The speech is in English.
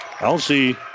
Elsie